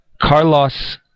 Carlos